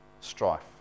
Strife